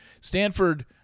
Stanford